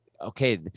okay